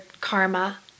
karma